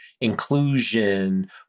inclusion